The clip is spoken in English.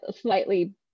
slightly